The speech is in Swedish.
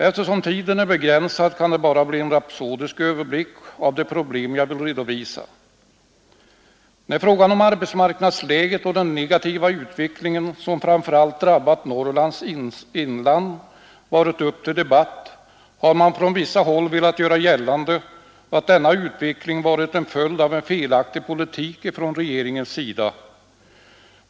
Eftersom tiden är begränsad kan det bara bli en rapsodisk översikt över de problem jag vill redovisa. När frågan om arbetsmarknadsläget och den negativa utveckling som framför allt drabbat Norrlands inland varit uppe till debatt har man från vissa håll velat göra gällande att denna utveckling varit en följd av en felaktig politik från regeringens sida.